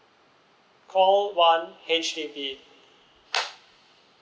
call one H_D_B